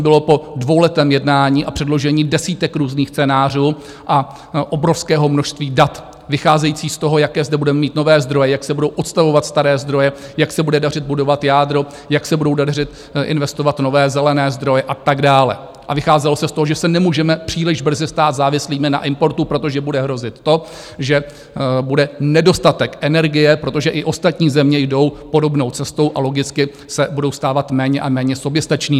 2038 bylo po dvouletém jednání a předložení desítek různých scénářů a obrovského množství dat, vycházejících z toho, jaké zde budeme mít nové zdroje, jak se budou odstavovat staré zdroje, jak se bude dařit budovat jádro, jak se budou dařit investovat nové zelené zdroje a tak dále, a vycházelo se z toho, že se nemůžeme příliš brzy stát závislými na importu, protože bude hrozit to, že bude nedostatek energie, protože i ostatní země jdou podobnou cestou a logicky se budou stávat méně a méně soběstačnými.